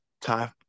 time